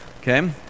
Okay